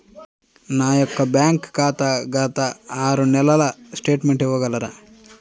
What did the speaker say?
నా యొక్క బ్యాంక్ ఖాతా గత ఆరు నెలల స్టేట్మెంట్ ఇవ్వగలరా?